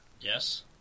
Yes